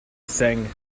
seng